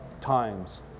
times